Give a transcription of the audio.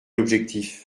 objectif